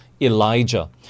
Elijah